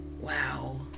Wow